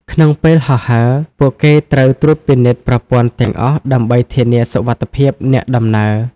ក្នុងពេលហោះហើរ ពួកគេត្រូវត្រួតពិនិត្យប្រព័ន្ធទាំងអស់ដើម្បីធានាសុវត្ថិភាពអ្នកដំណើរ។